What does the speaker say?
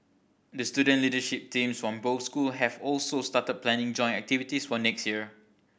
the student leadership teams from both school have also started planning joint activities for next year